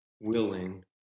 willing